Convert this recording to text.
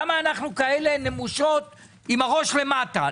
למה אנחנו כאלה נמושות עם הראש למטה?